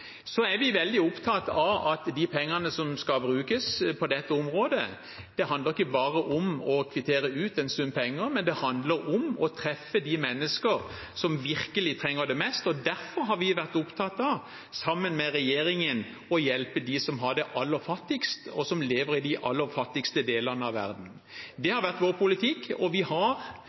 Så er vi veldig opptatt av at når det gjelder de pengene som skal brukes på dette området, handler det ikke bare om å kvittere ut en sum penger, men om å treffe de menneskene som virkelig trenger det mest. Derfor har vi vært opptatt av, sammen med regjeringen, å hjelpe de aller fattigste, de som lever i de aller fattigste delene av verden. Det har vært vår politikk. Vi har